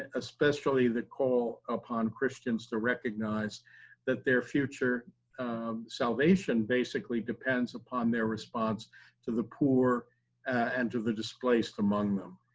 especially the call upon christians to recognize that their future salvation basically depends upon their response to the poor and to the displaced among them.